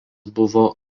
buvo